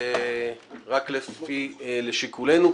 רק לשיקולנו,